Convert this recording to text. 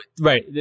Right